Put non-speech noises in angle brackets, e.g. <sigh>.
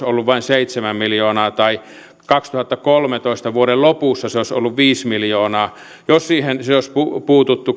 <unintelligible> ollut vain seitsemän miljoonaa tai vuoden kaksituhattakolmetoista lopussa se olisi ollut viisi miljoonaa jos siihen olisi puututtu <unintelligible>